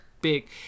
big